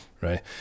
right